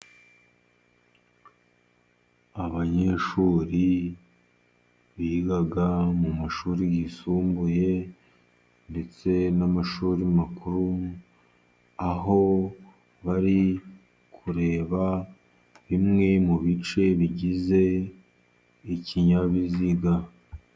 Abanyeshuri biga mu mashuri yisumbuye ndetse n'amashuri makuru, aho bari kureba bimwe mu bice bigize ikinyabiziga.